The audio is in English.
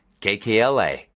KKLA